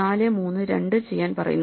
4 3 2 ചെയ്യാൻ പറയുന്നു